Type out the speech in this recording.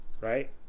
right